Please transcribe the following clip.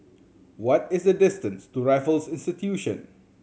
what is the distance to Raffles Institution